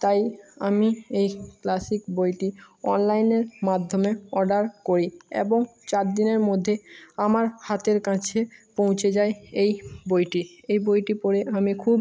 তাই আমি এই ক্লাসিক বইটি অনলাইনের মাধ্যমে অর্ডার করি এবং চার দিনের মধ্যে আমার হাতের কাছে পৌঁচে যায় এই বইটি এই বইটি পড়ে আমি খুব